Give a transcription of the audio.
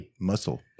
Muscle